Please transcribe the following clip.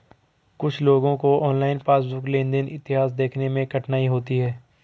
कुछ लोगों को ऑनलाइन पासबुक लेनदेन इतिहास देखने में कठिनाई होती हैं